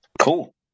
Cool